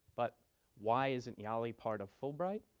but why isn't yali part of fulbright,